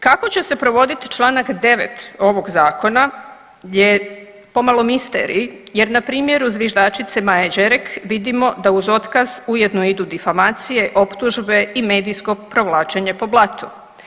Kako će se provoditi Članak 9. ovog zakona gdje je pomalo misterij jer npr. zviždačice Maje Đerek vidimo da uz otkaz ujedno idu difamacije, optužbe i medijsko provlačenje po blatu.